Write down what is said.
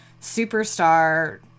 Superstar